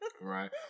Right